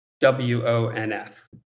W-O-N-F